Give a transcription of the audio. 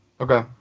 Okay